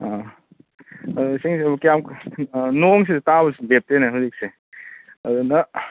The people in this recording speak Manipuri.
ꯑꯥ ꯑꯗꯣ ꯏꯁꯤꯡꯁꯤꯕꯨ ꯀꯌꯥꯝ ꯑꯥ ꯅꯣꯡꯁꯤꯁꯨ ꯇꯥꯕꯁꯨ ꯂꯦꯞꯇꯦꯅꯦ ꯍꯧꯖꯤꯛꯁꯦ ꯑꯗꯨꯅ